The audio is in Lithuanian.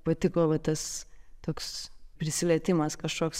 patiko va tas toks prisilietimas kažkoks